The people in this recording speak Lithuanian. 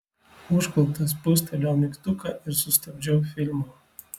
užkluptas spustelėjau mygtuką ir sustabdžiau filmą